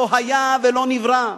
לא היה ולא נברא.